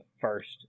first